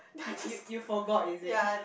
you you you forgot is it